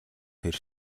тэр